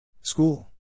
School